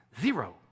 zero